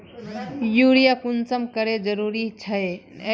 Urea कुंसम करे जरूरी छै?